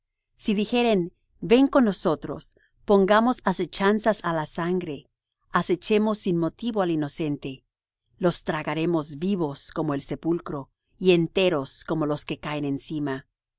si dijeren ven con nosotros pongamos asechanzas á la sangre acechemos sin motivo al inocente los tragaremos vivos como el sepulcro y enteros como los que caen